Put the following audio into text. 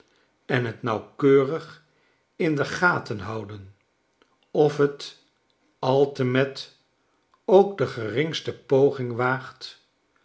en het nauwkeurig in de gaten houden of t altemet ook de geringste poging waagt